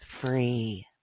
Free